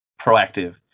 proactive